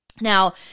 Now